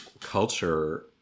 culture